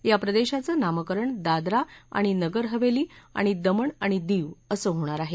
या प्रदेशाचं नामकरण दादरा आणि नगरहवेली आणि दमण आणि दीव असं होणार आहे